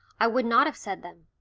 i would not have said them.